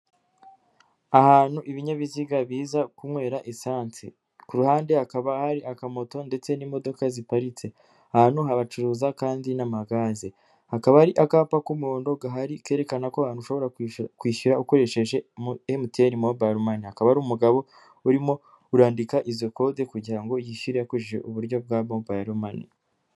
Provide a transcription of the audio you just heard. Ahantu ibinyabiziga biza kunywera esanse. ku ruhande hakaba hari akamoto ndetse n'imodoka ziparitse, ahantu habacuruza kandi n'amagaze, hakaba hari akapa k'umuhondo gahari kerekana ko aha hantu ushobora kwishyura ukoresheje MTN mubayiro mani, haakaba hari umugabo urimo kurandika izo kode kugira ngo yishyure akoresheje uburyo bwa mobayiro mani.